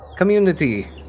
Community